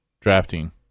drafting